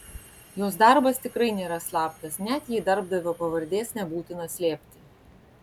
jos darbas tikrai nėra slaptas net jei darbdavio pavardės nebūtina slėpti